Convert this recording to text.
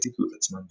שהציתו את עצמם